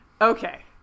Okay